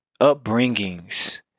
upbringings